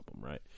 right